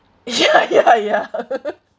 ya ya ya